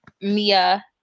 mia